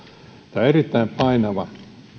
sanamuodosta erittäin painava